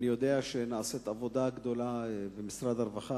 אני יודע שנעשית עבודה גדולה במשרד הרווחה,